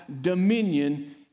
dominion